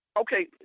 Okay